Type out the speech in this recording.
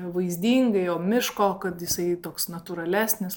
vaizdingai miško kad jisai toks natūralesnis